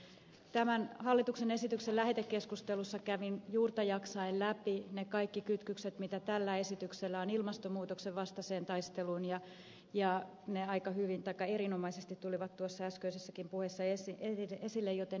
tämän hallituksen esityksen lähetekeskustelussa kävin juurta jaksain läpi ne kaikki kytkökset joita tällä esityksellä on ilmastonmuutoksen vastaiseen taisteluun ja ne erinomaisesti tulivat tuossa äskeisessäkin puheessa esille joten en käy niitä toistamaan